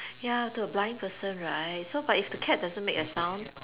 ya to a blind person right so but if the cat doesn't make a sound